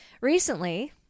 Recently